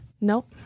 Nope